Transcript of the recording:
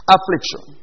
Affliction